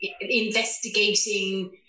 investigating